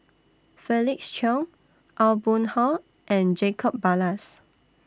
Felix Cheong Aw Boon Haw and Jacob Ballas